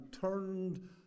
turned